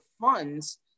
funds